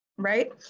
Right